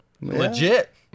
legit